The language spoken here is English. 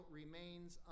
remains